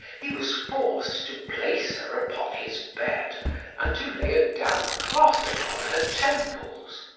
he was forced to place her upon his bed and to lay a damp cloth upon her temples.